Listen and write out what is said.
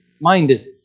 minded